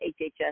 HHS